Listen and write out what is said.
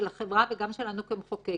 של החברה וגם שלנו כמחוקק